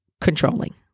controlling